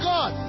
God